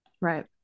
Right